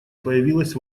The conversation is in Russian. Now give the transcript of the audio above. появилась